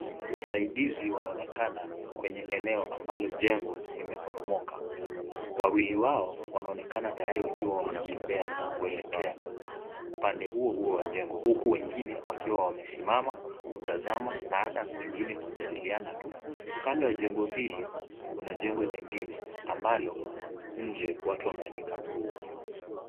Wasaidizi wanaonekana kwenye eneo ambalo jengo limeporomoka, wawili wao wanaonekana tayari wakiwa wanatembea keelekea upande huo huo wa jengo huku wengine wakiwa wamesimama kutazama na hata wengine kujadiliana tu, kando ya jengo hili kuna jengo jingine ambalo nje watu wameanika nguo.